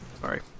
Sorry